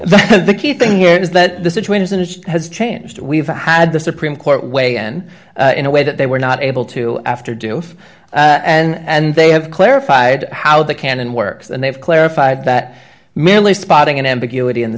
part the key thing here is that the situation is has changed and we've had the supreme court weigh n in a way that they were not able to after do if and they have clarified how they can and works and they've clarified that merely spotting an ambiguity in the